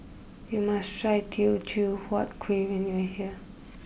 you must try Teo Chew Huat Kuih when you are here